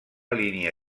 línia